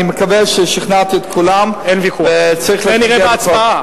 אני מקווה ששכנעתי את כולם וצריך להתנגד לחוק.